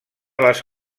les